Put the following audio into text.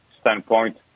standpoint